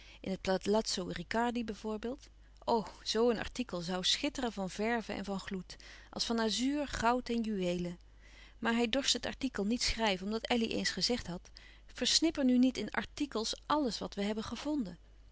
in het palazzo riccardi bij voorbeeld o zoo een artikel zoû schitteren van verve en van gloed als van azuur goud en juweelen maar hij dorst het artikel niet schrijven omdat elly eens gezegd had versnipper nu niet in artikels àlles wat we hebben gevonden